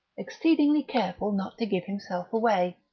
exceedingly careful not to give himself away.